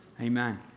amen